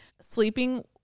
sleeping